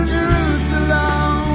Jerusalem